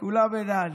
כולם מנהלים.